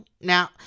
now